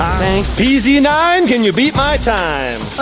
thanks. p z nine can you beat my time?